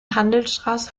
handelsstraße